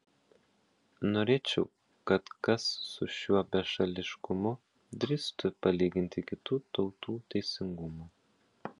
norėčiau kad kas su šiuo bešališkumu drįstų palyginti kitų tautų teisingumą